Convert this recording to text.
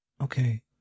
Okay